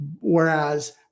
Whereas